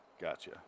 Gotcha